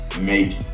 make